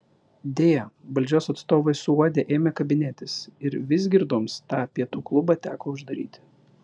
deja valdžios atstovai suuodę ėmė kabinėtis ir vizgirdoms tą pietų klubą teko uždaryti